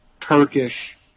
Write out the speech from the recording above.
Turkish